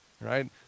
right